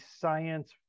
science